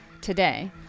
today